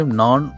non